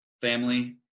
family